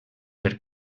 per